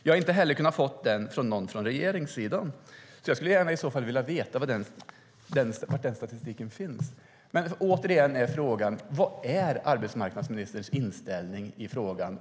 Jag har inte heller kunnat få sådan statistik från någon från regeringssidan. Jag skulle i så fall vilja veta var den statistiken finns. Men återigen undrar jag: Vilken är arbetsmarknadsministerns inställning i frågan?